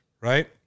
right